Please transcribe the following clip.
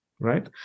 Right